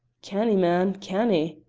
canny, man, canny!